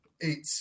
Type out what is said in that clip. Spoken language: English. Eight